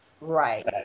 Right